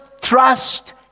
trust